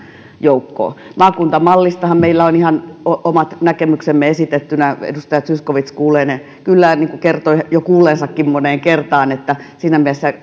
joukkoon maakuntamallistahan meillä on ihan omat näkemyksemme esitettyinä edustaja zyskowicz kuulee ne kyllä ja kertoi jo kuulleensakin moneen kertaan niin että siinä mielessä